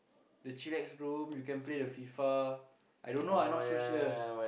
the chillax room you can play the F_I_F_A I don't know I not so sure